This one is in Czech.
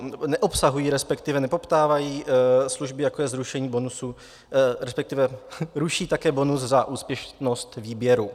Nebo neobsahují, respektive nepoptávají služby, jako je zrušení bonusu, respektive ruší také bonus za úspěšnost výběru.